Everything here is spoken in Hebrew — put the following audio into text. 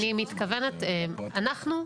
אני מתכוונת שאנחנו,